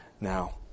now